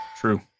True